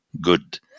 good